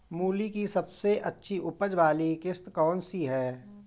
मूली की सबसे अच्छी उपज वाली किश्त कौन सी है?